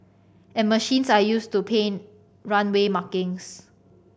and machines are used to paint runway markings